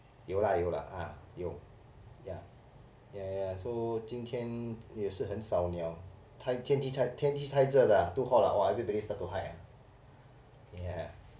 有啦有啦 ah 有 ya ya ya ya ya so 今天也是很少鸟天气太天气太热啦 !wah! too hot lah !wah! everybody start to hide ya